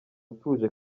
utuje